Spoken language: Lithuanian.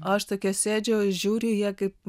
aš tokia sėdžiu žiūriu į ją kaip